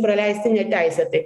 praleisti neteisėtai